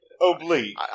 Oblique